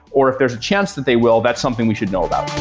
or if there's a chance that they will, that's something we should know about